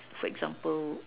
for example